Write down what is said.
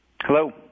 Hello